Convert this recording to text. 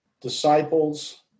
disciples